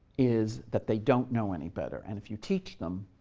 is that they don't know any better, and if you teach them,